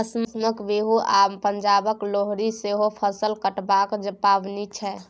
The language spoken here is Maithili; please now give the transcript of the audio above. असमक बिहू आ पंजाबक लोहरी सेहो फसल कटबाक पाबनि छै